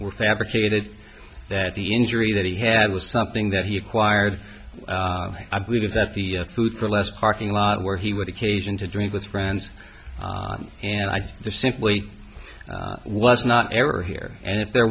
were fabricated that the injury that he had was something that he acquired i believe that the food for less parking lot where he would occasion to drink with friends and i just simply was not ever here and if there